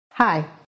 Hi